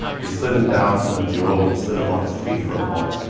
they slid him down from the mule and stood him on his feet for a moment,